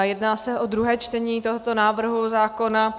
Jedná se o druhé čtení tohoto návrhu zákona.